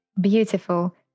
beautiful